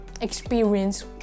experience